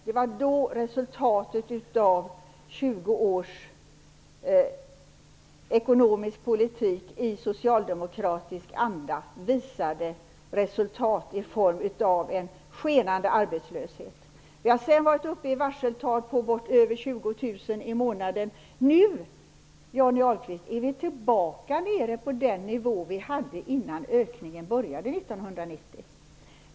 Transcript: Det var då resultaten av 20 års ekonomisk politik i socialdemokratisk anda blev skenande arbetslöshet. Senare blev varseltalen så höga som Nu, Johnny Ahlqvist, är vi återigen nere på den nivå vi hade innan ökningen började 1990.